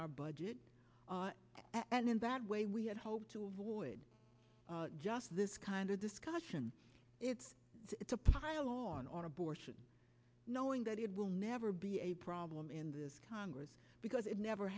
our budget and in that way we had hoped to avoid just this kind of discussion it's to pile on on abortion knowing that it will never be a problem in this congress because it never